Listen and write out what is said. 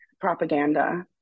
propaganda